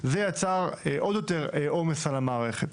דבר זה יצר עוד יותר עומס על המערכת.